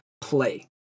play